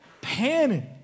panic